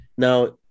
Now